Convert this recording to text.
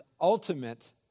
ultimate